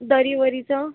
दरी वरीचं